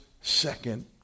second